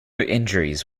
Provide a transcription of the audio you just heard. injuries